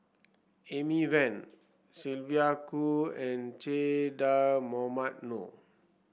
Amy Van Sylvia Kho and Che Dah Mohamed Noor